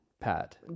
pat